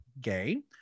gay